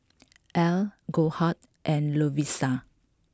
Elle Goldheart and Lovisa